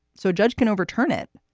so a judge can overturn it.